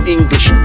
English